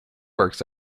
works